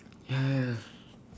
ya ya ya